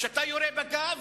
כשאתה יורה בגב,